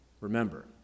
Remember